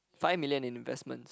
five million in investment